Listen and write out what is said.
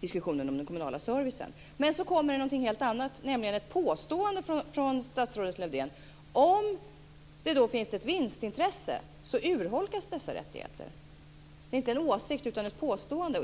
diskussionen om den kommunala servicen. Men så kommer det någonting helt annat, nämligen ett påstående från statsrådet Lövdén: Om det finns ett vinstintresse så urholkas dessa rättigheter. Det är inte en åsikt, utan ett påstående.